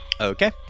Okay